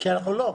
כי לא.